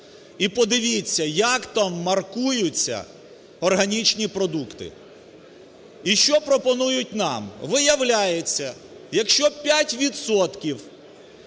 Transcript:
і подивіться як там маркуються органічні продукти. І що пропонують нам? Ви являється, якщо 5